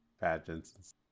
pageants